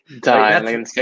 Die